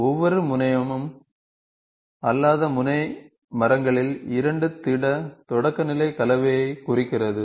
ஒவ்வொரு முனையமும் அல்லாத முனை மரங்களில் இரண்டு திட தொடக்கநிலை கலவையைக் குறிக்கிறது